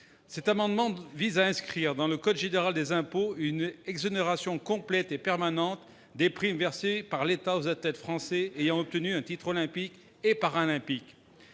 Cet amendement vise à inscrire dans le code général des impôts une exonération complète et permanente des primes versées par l'État aux athlètes français ayant obtenu un titre olympique ou paralympique.